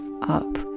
up